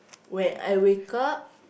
when I wake up